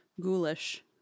Ghoulish